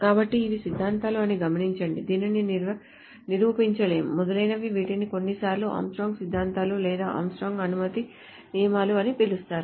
కాబట్టి ఇవి సిద్ధాంతాలు అని గమనించండి దీనిని నిరూపించలేము మొదలైనవి వీటిని కొన్నిసార్లు ఆర్మ్స్ట్రాంగ్ సిద్ధాంతాలు లేదా ఆర్మ్స్ట్రాంగ్ అనుమితి నియమాలు అని పిలుస్తారు